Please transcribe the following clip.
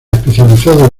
especializado